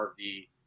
RV